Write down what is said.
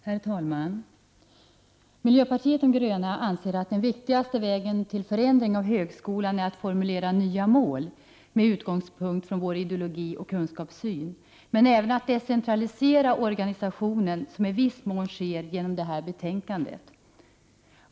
Herr talman! Miljöpartiet de gröna anser att den viktigaste vägen till förändring av högskolan är att formulera nya mål med utgångspunkt i vår ideologi och kunskapssyn. Men man måste även decentralisera organisationen, vilket i viss mån kommer att ske i och med genomförandet av förslagen i detta betänkande.